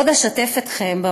עוד אשתף אתכם,